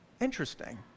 Interesting